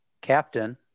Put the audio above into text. Captain